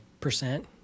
percent